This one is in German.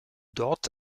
dort